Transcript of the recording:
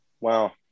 Wow